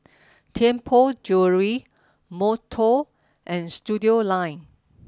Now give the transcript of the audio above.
Tianpo Jewellery Monto and Studioline